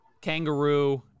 kangaroo